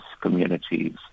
communities